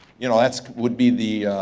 you know that would be the